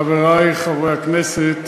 חברי חברי הכנסת,